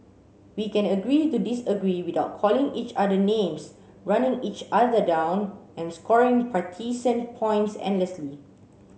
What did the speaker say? we can agree to disagree without calling each other names running each other down and scoring partisan points endlessly